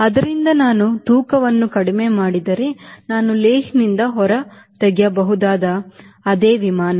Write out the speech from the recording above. ಆದ್ದರಿಂದ ನಾವು ತೂಕವನ್ನು ಕಡಿಮೆ ಮಾಡಿದ್ದರೆ ನಾನು ಲೇಹ್ನಿಂದ ಹೊರತೆಗೆಯಬಹುದಾದ ಅದೇ ವಿಮಾನ